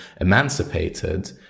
emancipated